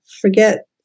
forget